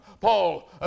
Paul